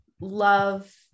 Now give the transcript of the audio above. love